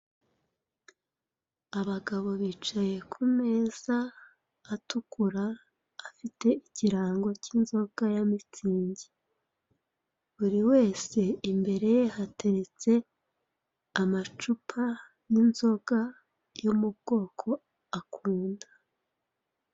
Abagabo bicaye ku meza atukura afite ikirango cy'izoga ya mitsingi. Buri wese imbere ye hateretse amacupa y'inzoga yo mu bwoko akunda.